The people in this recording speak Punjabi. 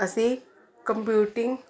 ਅਸੀਂ ਕੰਪਿਊਟਿੰਗ